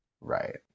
Right